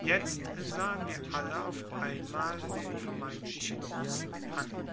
jetzt sahen wir alle auf einmal den vermeintlichen russen an